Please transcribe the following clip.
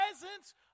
presence